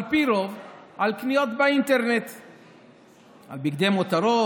על פי רוב על קניות באינטרנט של בגדי מותרות,